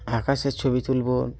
আকাশের ছবি তুলব